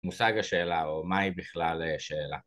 מושג השאלה או מהי בכלל שאלה